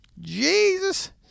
Jesus